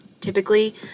Typically